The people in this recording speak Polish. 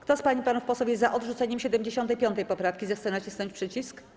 Kto z pań i panów posłów jest za odrzuceniem 75. poprawki, zechce nacisnąć przycisk.